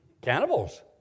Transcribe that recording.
cannibals